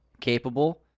capable